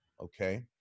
okay